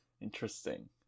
Interesting